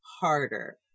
harder